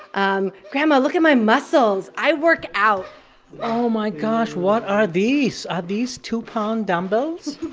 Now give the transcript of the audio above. um grandma, look at my muscles. i work out oh, my gosh. what are these? are these two-pound dumbbells?